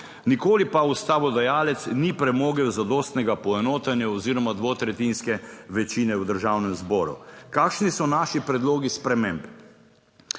Nikoli pa ustavodajalec ni premogel zadostnega poenotenja oziroma dvotretjinske večine v Državnem zboru. Kakšni so naši predlogi sprememb?